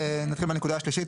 נתחיל בנקודה השלישית.